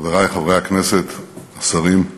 חברי חברי הכנסת, השרים,